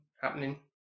happening